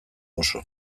oso